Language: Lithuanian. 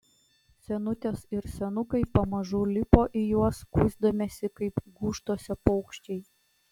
senutės ir senukai pamažu lipo į juos kuisdamiesi kaip gūžtose paukščiai